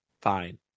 fine